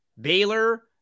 Baylor